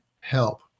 help